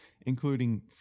including